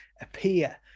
appear